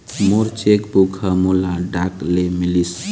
मोर cheque book ह मोला डाक ले मिलिस